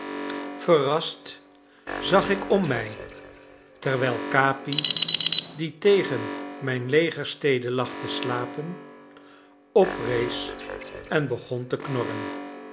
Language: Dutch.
verrast zag ik om mij terwijl capi die tegen mijn legerstede lag te slapen oprees en begon te knorren